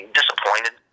disappointed